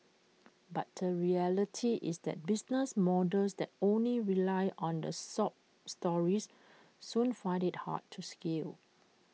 but the reality is that business models that only rely on the sob stories soon find IT hard to scale